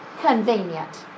convenient